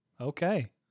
Okay